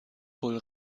wohl